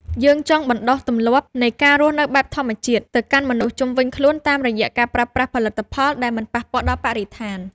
យើងចង់បណ្ដុះទម្លាប់នៃការរស់នៅបែបធម្មជាតិ ទៅកាន់មនុស្សជុំវិញខ្លួនតាមរយៈការប្រើប្រាស់ផលិតផលដែលមិនប៉ះពាល់ដល់បរិស្ថាន។